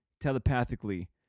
telepathically